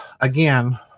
again